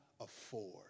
afford